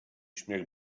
śmiech